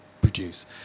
produce